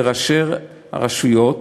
לראשי הרשויות,